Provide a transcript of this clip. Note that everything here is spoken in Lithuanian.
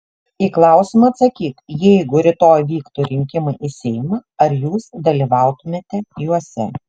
į klausimą atsakyk jeigu rytoj vyktų rinkimai į seimą ar jūs dalyvautumėte juose